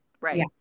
right